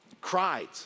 cried